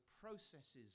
processes